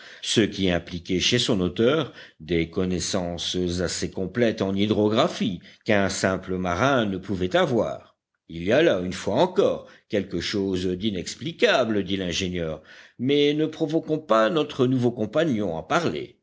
ce qui impliquait chez son auteur des connaissances assez complètes en hydrographie qu'un simple marin ne pouvait avoir il y a là une fois encore quelque chose d'inexplicable dit l'ingénieur mais ne provoquons pas notre nouveau compagnon à parler